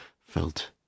felt